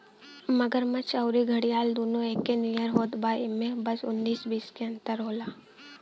मगरमच्छ अउरी घड़ियाल दूनो एके नियर होत बा इमे बस उन्नीस बीस के अंतर होला